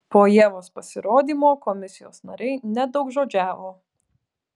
po ievos pasirodymo komisijos nariai nedaugžodžiavo